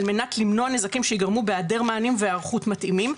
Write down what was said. על מנת למנוע נזקים שייגרמו בהיעדר מענים והיערכות מתאימים,